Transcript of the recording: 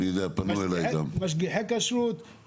משגיחי כשרות,